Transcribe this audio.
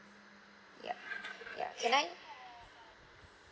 yup ya can I